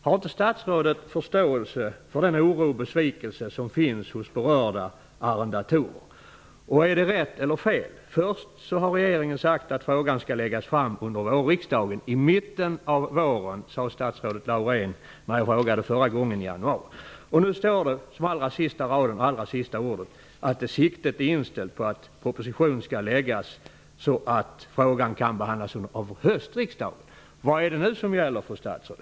Har inte statsrådet förståelse för den oro och besvikelse som finns hos berörda arrendatorer? Först har regeringen sagt att frågan skall läggas fram för riksdagen i mitten av våren. Det sade statsrådet Laurén när jag frågade förra gången i januari. Nu står det i svaret att siktet är inställt på att en proposition skall läggas fram så att frågan kan behandlas av höstriksdagen. Vad är det nu som gäller, fru statsråd?